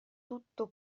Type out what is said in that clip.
tutto